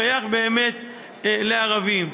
שייך באמת לערבים.